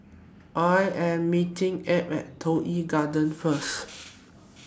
I Am meeting Ab At Toh Yi Garden First